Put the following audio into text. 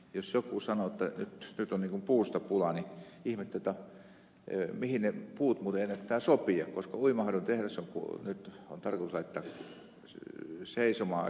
jos joku sanoo että nyt on puusta pula niin ihmettelen mihin ne puut ennättää sopia koska uimaharjun tehdas on nyt tarkoitus laittaa seisomaan aika pitkäksi aikaa